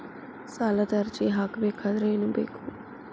ಸಾಲದ ಅರ್ಜಿ ಹಾಕಬೇಕಾದರೆ ಏನು ಬೇಕು?